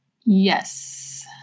Yes